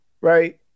Right